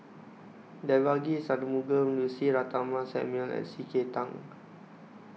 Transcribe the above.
Devagi Sanmugam Lucy Ratnammah Samuel and C K Tang